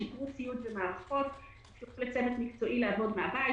שיפרו ציוד ומערכות שיאפשרו לצוות מקצועי לעבוד מן הבית,